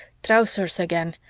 trousers again!